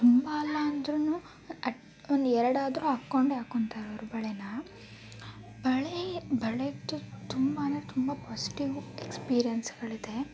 ತುಂಬ ಅಲ್ಲ ಅಂದ್ರು ಅಟ್ ಒಂದು ಎರಡಾದ್ರೂ ಹಾಕ್ಕೊಂಡೇ ಹಾಕೊಂತಾರ್ ಅವರು ಬಳೆನ ಬಳೆ ಬಳೆಯದ್ದು ತುಂಬಾ ತುಂಬ ಪಾಸಿಟಿವ್ ಎಕ್ಸ್ಪೀರೆನ್ಸ್ಗಳಿದೆ